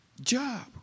job